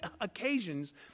occasions